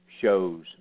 shows